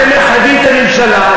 אתם מחייבים את הממשלה,